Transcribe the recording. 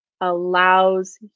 allows